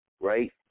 right